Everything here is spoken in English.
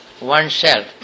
oneself